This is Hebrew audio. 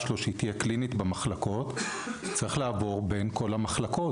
שלו שהיא תהיה קלינית במחלקות צריך לעבור בין כל המחלקות